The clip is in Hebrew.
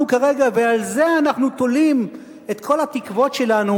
כרגע ובזה אנחנו תולים את כל התקוות שלנו,